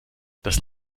das